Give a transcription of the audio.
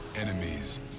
enemies